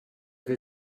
will